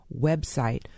website